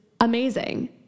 amazing